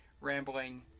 rambling